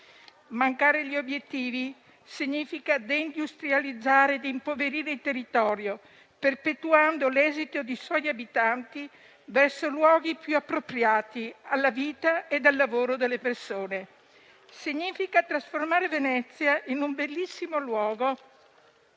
Mancare gli obiettivi significa deindustrializzare e impoverire il territorio, perpetuando l'esodo dei suoi abitanti verso luoghi più appropriati alla vita e al lavoro delle persone, significa trasformare Venezia in un bellissimo luogo